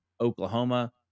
Oklahoma